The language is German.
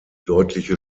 deutliche